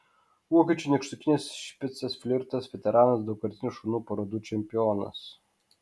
vokiečių nykštukinis špicas flirtas veteranas daugkartinis šunų parodų čempionas